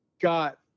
got